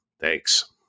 thanks